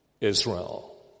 Israel